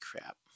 crap